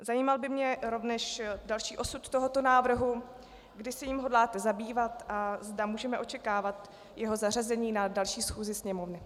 Zajímal by mě rovněž další osud tohoto návrhu, kdy se jím hodláte zabývat a zda můžeme očekávat jeho zařazení na další schůzi Sněmovny.